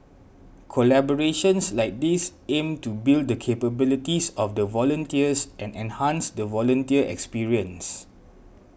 collaborations like these aim to build the capabilities of the volunteers and enhance the volunteer experience